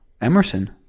Emerson